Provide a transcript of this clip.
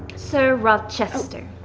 sir rodchester.